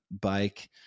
bike